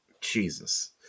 Jesus